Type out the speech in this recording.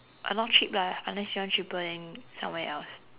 uh not cheap lah unless you want cheaper then somewhere else